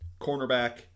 cornerback